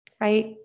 right